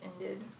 ended